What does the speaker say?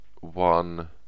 one